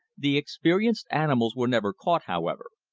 the experienced animals were never caught, however.